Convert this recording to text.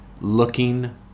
looking